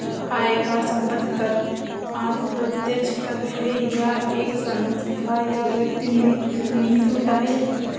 आयकर, संपत्ति कर आदि प्रत्यक्ष कर है यह एक संस्था या व्यक्ति में निहित होता है